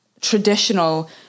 traditional